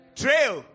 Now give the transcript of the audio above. trail